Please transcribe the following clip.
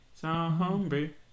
zombie